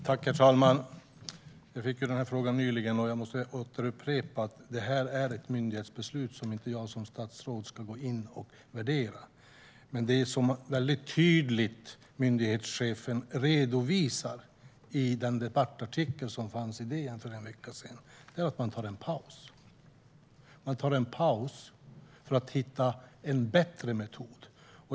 Herr talman! Jag fick denna fråga nyligen, och jag måste upprepa att detta är ett myndighetsbeslut som jag som statsråd inte ska gå in och värdera. Men det som myndighetschefen mycket tydligt redovisar i debattartikeln i DN för en vecka sedan är att man tar en paus för att hitta en bättre metod.